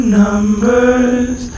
numbers